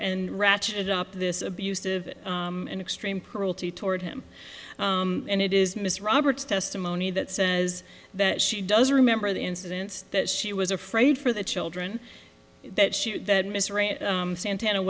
and ratcheted up this abusive and extreme parole to toward him and it is miss roberts testimony that says that she doesn't remember the incident that she was afraid for the children that she that mr santana